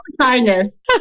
kindness